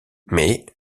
mais